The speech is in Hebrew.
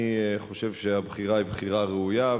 אני חושב שהבחירה היא בחירה ראויה,